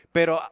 Pero